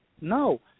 No